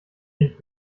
nicht